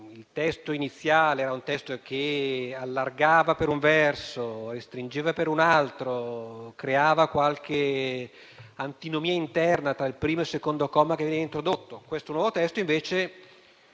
Il testo iniziale infatti allargava per un verso, restringeva per un altro e creava qualche antinomia interna tra il primo e il secondo comma che viene introdotto. Il nuovo testo invece